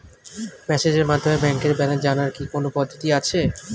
মেসেজের মাধ্যমে ব্যাংকের ব্যালেন্স জানার কি কোন পদ্ধতি আছে?